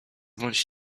bądź